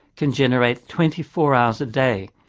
can generate twenty four hours a day.